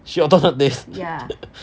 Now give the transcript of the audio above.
shit alternate days